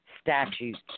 statutes